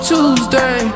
Tuesday